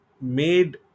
made